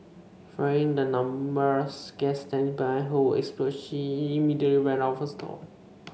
fearing the numerous gas tank behind her would explode she immediately ran out of her stall